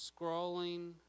scrolling